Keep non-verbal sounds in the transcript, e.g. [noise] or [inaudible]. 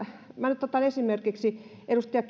minä nyt otan esimerkiksi edustaja [unintelligible]